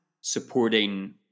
supporting